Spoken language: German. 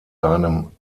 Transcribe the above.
seinem